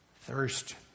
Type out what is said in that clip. Thirst